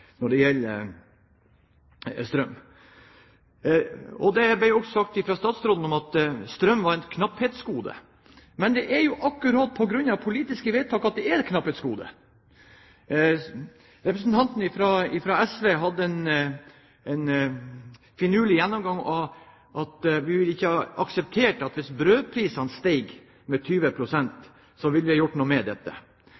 når det gjelder strøm. Statsråden sa også at strøm var et knapphetsgode. Men det er nettopp på grunn av politiske vedtak at det er et knapphetsgode. Representanten fra SV hadde en finurlig gjennomgang, at man ville ikke akseptert at brødprisene steg med